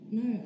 no